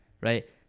right